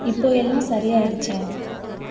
இப்போது எல்லாம் சரி ஆகிடுச்சா